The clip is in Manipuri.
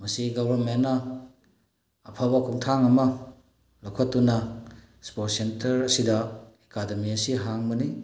ꯃꯁꯤ ꯒꯣꯕꯔꯟꯃꯦꯟꯅ ꯑꯐꯕ ꯈꯣꯡꯊꯥꯡ ꯑꯃ ꯂꯧꯈꯠꯇꯨꯅ ꯁ꯭ꯄꯣꯔꯠ ꯁꯦꯟꯇꯔ ꯑꯁꯤꯗ ꯑꯦꯀꯥꯗꯃꯤ ꯑꯁꯤ ꯍꯥꯡꯕꯅꯤ